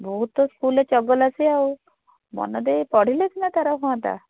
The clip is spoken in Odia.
ବହୁତ୍ ସ୍କୁଲରେ ଚଗଲା ସିଏ ଆଉ ମନ ଦେଇ ପଢ଼ିଲେ ସିନା ତାର ହୁଅନ୍ତା